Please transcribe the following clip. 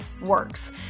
works